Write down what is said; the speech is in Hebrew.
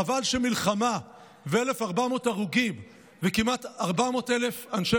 חבל שמלחמה ו-1,400 הרוגים וכמעט 400,000 אנשי